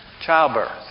childbirth